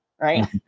Right